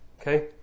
Okay